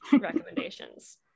recommendations